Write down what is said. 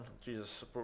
Jesus